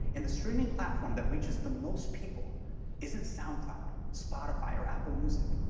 and the streaming platform that reaches the most people isn't soundcloud, spotify or apple music.